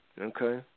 okay